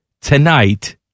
tonight